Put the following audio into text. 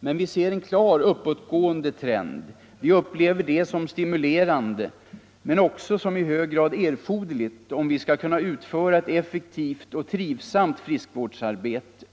Men vi ser en klar uppåtgående trend. Vi upplever detta som stimulerande, men också som i hög grad erforderligt om vi skall kunna utföra ett effektivt och trivsamt friskvårdsarbete.